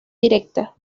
directa